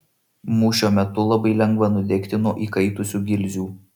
mūšio metu labai lengva nudegti nuo įkaitusių gilzių